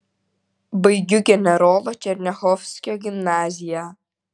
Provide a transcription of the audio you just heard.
baigiu generolo černiachovskio gimnaziją